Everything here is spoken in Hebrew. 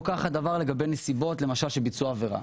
לא כך הדבר לגבי נסיבות של ביצוע עבירה,